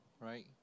right